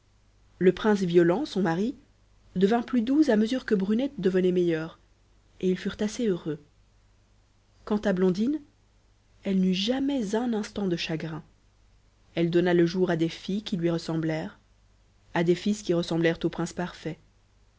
le prince violent son mari devint plus doux à mesure que brunette devenait meilleure et ils furent assez heureux quant à blondine elle n'eut jamais un instant de chagrin elle donna le jour à des filles qui lui ressemblèrent à des fils qui ressemblèrent au prince parfait